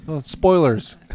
spoilers